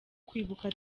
kwibuka